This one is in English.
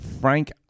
Frank